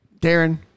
Darren